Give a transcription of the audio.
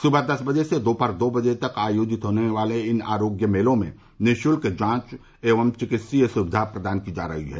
सुबह दस बजे से दोपहर दो बजे तक आयोजित होने वाले इन आरोग्य मेंलों में निःशुल्क जांच एवं विकित्सीय सुविधा प्रदान की जा रही है